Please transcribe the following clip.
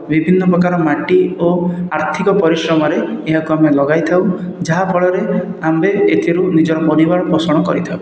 ବିଭିନ୍ନ ପ୍ରକାର ମାଟି ଓ ଆର୍ଥିକ ପରିଶ୍ରମରେ ଏହାକୁ ଆମେ ଲଗାଇ ଥାଉ ଯାହା ଫଳରେ ଆମ୍ଭେ ଏଥିରୁ ନିଜର ପରିବାର ପୋଷଣ କରିଥାଉ